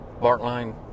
bartline